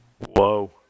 Whoa